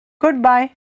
Goodbye